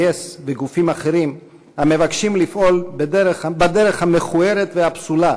וגופים אחרים המבקשים לפעול בדרך המכוערת והפסולה